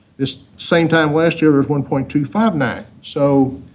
this same time last year was one point two five nine, so,